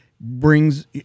brings